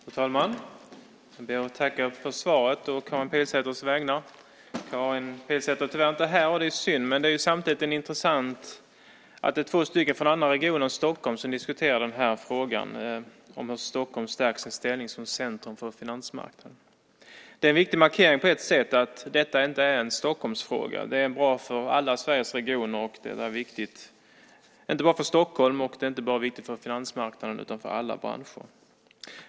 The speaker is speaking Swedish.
Fru talman! Jag ber att få tacka för svaret å Karin Pilsäters vägnar. Karin Pilsäter är tyvärr inte här, och det är synd, men det är samtidigt intressant att det är två personer från andra regioner än Stockholm som diskuterar frågan om hur Stockholm stärker sin ställning som centrum för finansmarknaden. Det är på ett sätt en viktig markering av att detta inte är en Stockholmsfråga. Detta är bra för alla Sveriges regioner. Det är viktigt inte bara för Stockholm och för finansmarknaden utan för alla branscher.